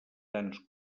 tants